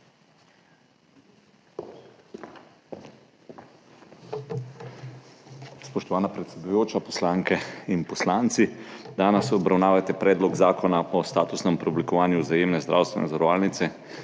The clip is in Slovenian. Spoštovana predsedujoča, poslanke in poslanci! Danes obravnavate Predlog zakona o statusnem preoblikovanju Vzajemne zdravstvene zavarovalnice,